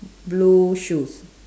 blue shoes